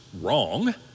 wrong